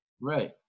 Right